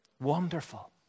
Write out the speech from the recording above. Wonderful